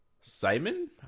Simon